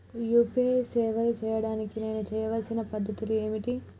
UPI సేవలు చేయడానికి నేను చేయవలసిన పద్ధతులు ఏమిటి?